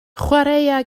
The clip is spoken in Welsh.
chwaraea